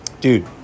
dude